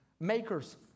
makers